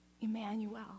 Emmanuel